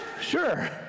sure